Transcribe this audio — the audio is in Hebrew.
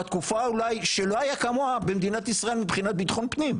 בתקופה אולי שלא הייתה כמוה במדינת ישראל מבחינת ביטחון פנים.